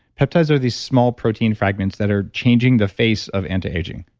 peptides are these small protein fragments that are changing the face of antiaging.